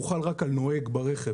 הוא חל רק על הנוהג ברכב